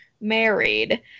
married